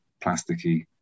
plasticky